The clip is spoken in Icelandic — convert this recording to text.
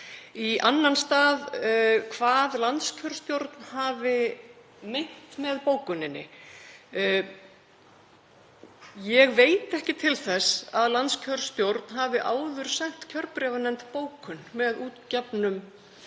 Í annan stað er spurt hvað landskjörstjórn hafi meint með bókuninni. Ég veit ekki til þess að landskjörstjórn hafi áður sent kjörbréfanefnd bókun með útgefnum